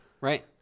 Right